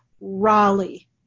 Raleigh